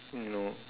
no